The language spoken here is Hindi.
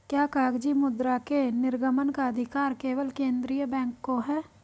क्या कागजी मुद्रा के निर्गमन का अधिकार केवल केंद्रीय बैंक को है?